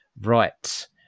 Right